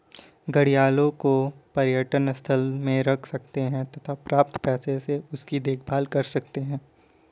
घड़ियालों को पर्यटन स्थल में रख सकते हैं तथा प्राप्त पैसों से उनकी देखभाल कर सकते है